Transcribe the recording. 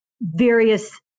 various